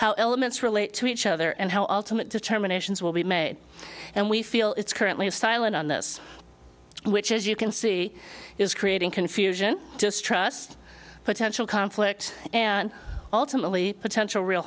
how elements relate to each other and how ultimate determinations will be made and we feel it's currently have silent on this which as you can see is creating confusion distrust potential conflict and ultimately potential real